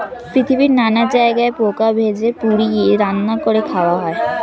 পৃথিবীর নানা জায়গায় পোকা ভেজে, পুড়িয়ে, রান্না করে খাওয়া হয়